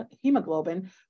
hemoglobin